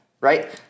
right